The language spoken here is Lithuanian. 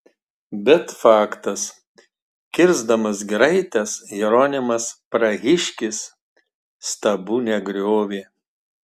bet faktas kirsdamas giraites jeronimas prahiškis stabų negriovė